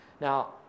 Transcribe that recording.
Now